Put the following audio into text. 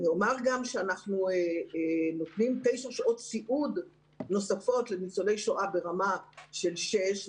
אומר גם שאנחנו נותנים תשע שעות סיעוד נוספות לניצולי שואה ברמה של שש,